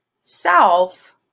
self